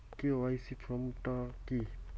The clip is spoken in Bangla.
কে.ওয়াই.সি ফর্ম টা কি?